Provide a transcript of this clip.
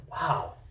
Wow